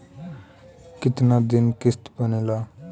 कितना दिन किस्त बनेला?